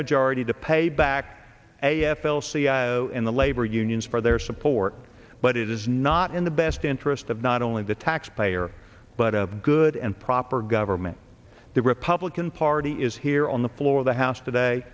majority to pay back a f l c e o in the labor unions for their support but it is not in the best interest of not only the taxpayer but a good and proper government the republican party he is here on the floor of the house today